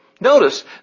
Notice